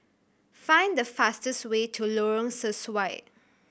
find the fastest way to Lorong Sesuai